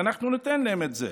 ואנחנו ניתן להם את זה.